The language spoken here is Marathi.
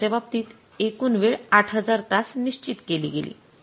कामगारांच्या बाबतीत एकूण वेळ ८००० तास निश्चित केली गेली